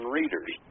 readers